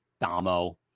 damo